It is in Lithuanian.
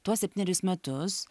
tuos septynerius metus